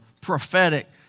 prophetic